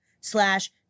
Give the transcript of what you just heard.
slash